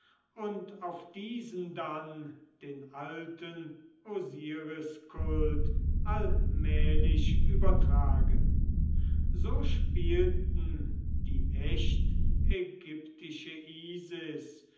und auf diesen dann den alten osiriskult allmählich übertragen so spielten die echt ägyptische isis